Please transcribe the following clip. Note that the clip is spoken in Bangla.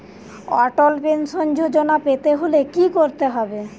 অটল পেনশন যোজনা পেতে হলে কি করতে হবে?